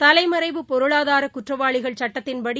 தலைமறைவு பொருளாதாரகுற்றவாளிகள் சட்டத்தின்படி